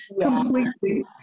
completely